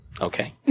Okay